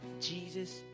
Jesus